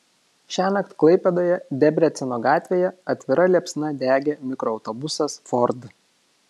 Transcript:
šiąnakt klaipėdoje debreceno gatvėje atvira liepsna degė mikroautobusas ford